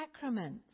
sacraments